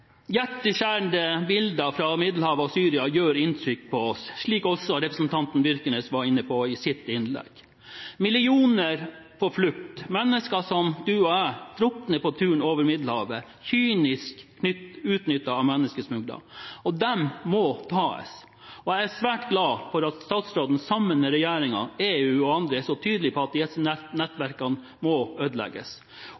Hjerteskjærende bilder fra Middelhavet og Syria gjør inntrykk på oss, slik også representanten Aarhus Byrknes var inne på i sitt innlegg. Millioner på flukt, mennesker som du og jeg, drukner på turen over Middelhavet – kynisk utnyttet av menneskesmuglere. Disse må tas. Jeg er svært glad for at statsråden sammen med regjeringen, EU og andre er så tydelige på at disse nettverkene må ødelegges